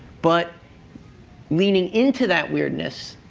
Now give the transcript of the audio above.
but leaning into that weirdness,